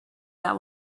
that